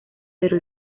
pero